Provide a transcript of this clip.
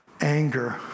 anger